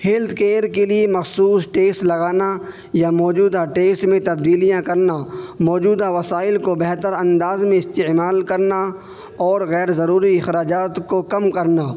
health care کے لیے مخصوص ٹیکس لگانا یا موجودہ ٹیکس میں تبدیلیاں کرنا موجودہ وسائل کو بہتر انداز میں استعمال کرنا اور غیر ضروری اخراجات کو کم کرنا